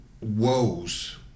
woes